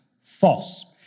false